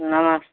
नमस्ते